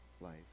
life